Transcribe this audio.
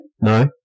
No